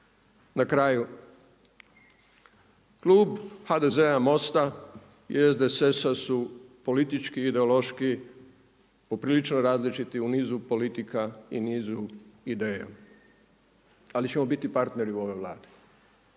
Na kraju, klub HDZ-a, MOST-a i SDSS-a su politički, ideološki poprilično različiti u niz politika i u nizu ideja, ali ćemo biti partneri u ovoj Vladi,